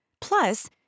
Plus